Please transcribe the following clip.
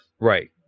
Right